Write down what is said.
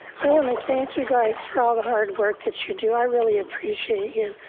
i want to thank you guys for all the hard work that you do, i really appreciate you.